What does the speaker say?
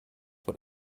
what